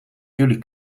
jullie